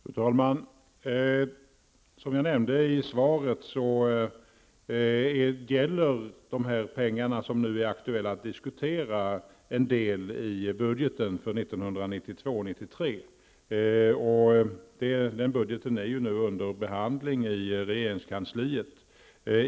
Fru talman! Som jag nämner i svaret gäller de pengar som det nu är aktuellt att diskutera en del av budgeten för 1992/93. Den budgeten är för närvarande under behandling i regeringskansliet.